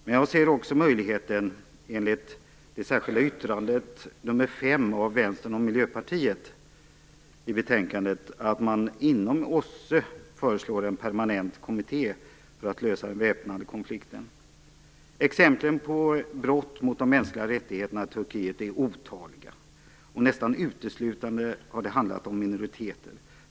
Men jag ser också möjligheten, enligt det särskilda yttrandet nr 5 av Vänstern och Miljöpartiet, att man inom OSSE föreslår en permanent kommitté för att lösa den väpnade konflikten. Exemplen på brott mot de mänskliga rättigheterna i Turkiet är otaliga, och nästan uteslutande har det handlat om minoriteter.